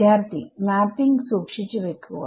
വിദ്യാർത്ഥി മാപ്പിങ് സൂക്ഷിച്ചുവെക്കുക